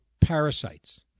parasites